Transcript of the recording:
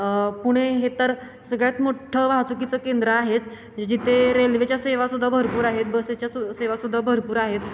पुणे हे तर सगळ्यात मोठ्ठं वाहतुकीचं केंद्र आहेच जिथे रेल्वेच्या सेवासुद्धा भरपूर आहेत बसेच्या सु सेवासुद्धा भरपूर आहेत